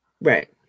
right